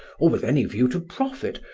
or with any view to profit,